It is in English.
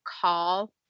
call